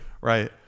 Right